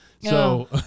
So-